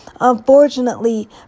unfortunately